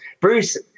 Bruce